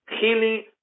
healing